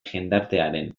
jendartearen